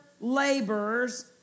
laborers